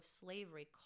slavery